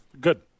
Good